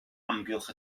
amgylch